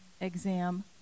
exam